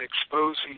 exposing